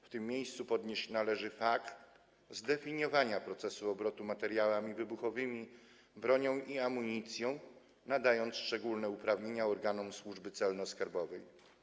W tym miejscu podnieść należy fakt zdefiniowania procesu obrotu materiałami wybuchowymi, bronią i amunicją, nadając szczególne uprawnienia organom służby celno-skarbowej.